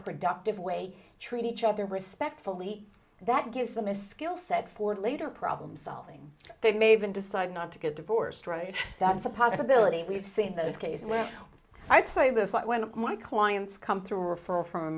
productive way treat each other respectfully that gives them a skill set for later problem solving they may even decide not to get divorced right that's a possibility we've seen those cases where i'd say this when my clients come through a referral from a